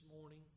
morning